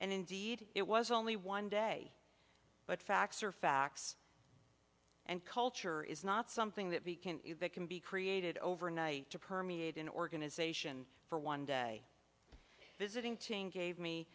and indeed it was only one day but facts are facts and culture is not something that we can see that can be created overnight to permeate an organization for one day the visiting team gave me